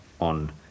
on